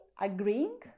agreeing